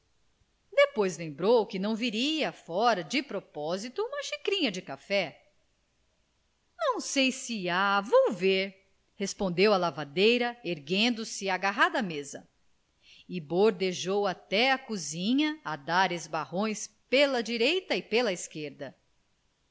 depois lembrou que não viria fora de propósito uma xicrinha de café não sei se há vou ver respondeu a lavadeira erguendo-se agarrada à mesa e bordejou até à cozinha a dar esbarrões pela direita e pela esquerda